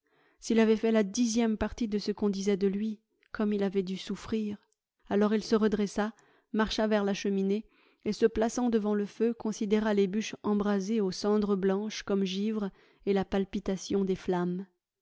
s'il avait fait la dixième partie de ce qu'on disait de lui comme il avait dû souffrir alors il se redressa marcha vers la cheminée et se plaçant devant le feu considéra les bûches embrasées aux cendres blanches comme givre et la palpitation des flammes